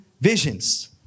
visions